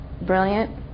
brilliant